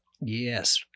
Yes